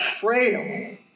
frail